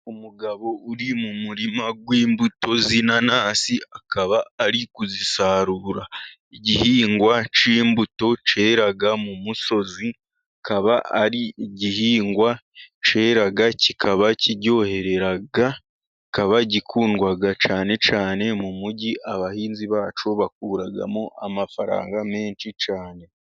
Umugabo uri mu murima w'imbuto z'inanasi, akaba ari kuzisarura. Igihingwa cy'imbuto cyera mu musozi, kikaba ari igihingwa cyera kikaba kiryoherera kikaba gikundwa cyane cyane mu mugi, abahinzi bacyo bakuramo amafaranga menshi cyane.